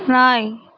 நாய்